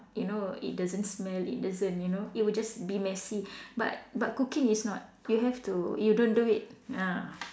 you know it doesn't smell it doesn't you know it would just be messy but but cooking is not you have to you don't do it ah